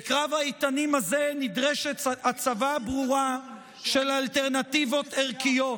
בקרב האיתנים הזה נדרשת הצבה ברורה של אלטרנטיבות ערכיות,